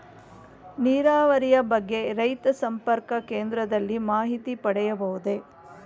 ನೀರಾವರಿಯ ಬಗ್ಗೆ ರೈತ ಸಂಪರ್ಕ ಕೇಂದ್ರದಲ್ಲಿ ಮಾಹಿತಿ ಪಡೆಯಬಹುದೇ?